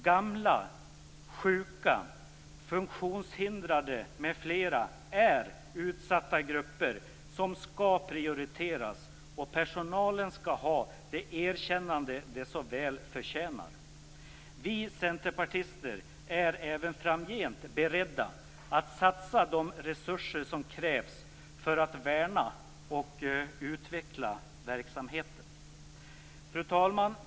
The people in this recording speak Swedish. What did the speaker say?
Gamla, sjuka, funktionshindrade m.fl. är utsatta grupper som skall prioriteras, och personalen skall ha det erkännande den så väl förtjänar. Vi centerpartister är även framgent beredda att satsa de resurser som krävs för att värna och utveckla verksamheten. Fru talman!